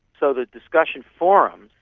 so the discussion forums,